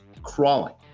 crawling